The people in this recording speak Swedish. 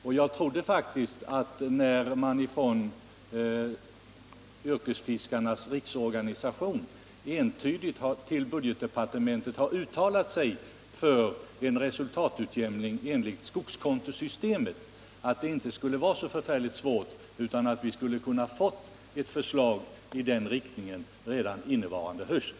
Och jag trodde faktiskt att det, eftersom yrkesfiskarnas riksorganisation till budgetdepartementet entydigt har uttalat sig för en resultatutjämning enligt skogskontosystemet, inte skulle vara så förfärligt svårt, utan att vi skulle ha kunnat få ett förslag i den riktningen redan innevarande höst.